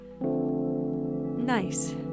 nice